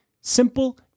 simple